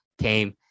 came